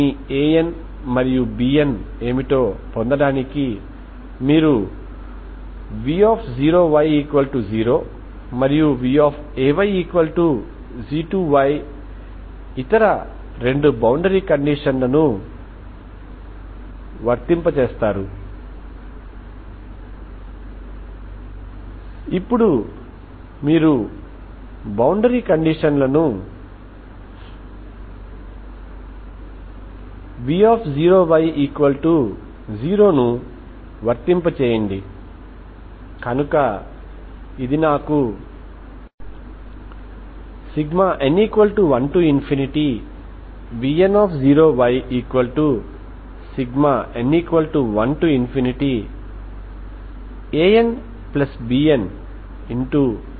కాబట్టి మీరు దీనిని డొమైన్ D అని పిలిస్తే సరిహద్దు మరియు δD మీరు బౌండరీ కి కాల్ చేస్తే మీరు ఏదైనా బౌండరీ కండిషన్ ని రాయవచ్చు మీరు బౌండరీ వద్ద కొంత ఉష్ణోగ్రత వద్ద ప్లేట్ ను ఉంచవచ్చు తద్వారా మీరు బౌండరీ లో చెప్పినట్లయితే uxytT1 ∀xy∈δD కాబట్టి ఇది 2 డైమెన్షనల్ హీట్ సమీకరణం కోసం ఉన్న ఇనీషియల్ బౌండరీ వాల్యూ ప్రాబ్లం